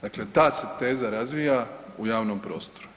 Dakle, ta se teza razvija u javnoj prostoru.